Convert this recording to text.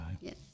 Yes